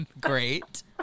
great